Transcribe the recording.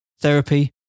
therapy